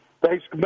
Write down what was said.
thanks